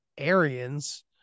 Aryans